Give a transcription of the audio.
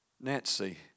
Nancy